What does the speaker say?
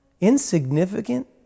insignificant